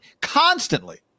constantly